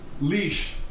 leash